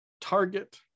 target